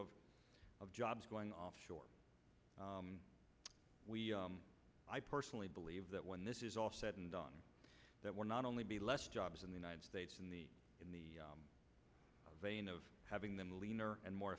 issue of jobs going offshore i personally believe that when this is all said and done that we're not only be less jobs in the united states in the in the vein of having them leaner and more